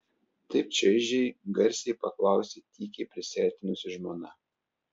taip čaižiai garsiai paklausė tykiai prisiartinusi žmona